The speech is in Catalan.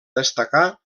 destacar